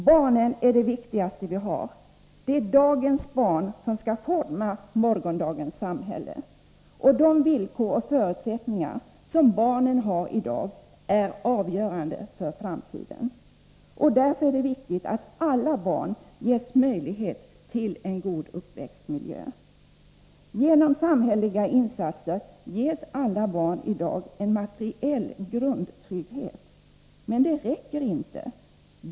Barnen är det viktigaste vi har. Det är dagens barn som skall forma morgondagens samhälle. De villkor och förutsättningar som barnen har i dag är avgörande för framtiden. Därför är det viktigt att alla barn ges möjlighet till en god uppväxtmiljö. Genom samhälleliga insatser ges alla barn i dag en materiell grundtrygghet. Men det räcker inte.